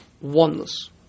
oneness